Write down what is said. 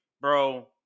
bro